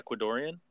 ecuadorian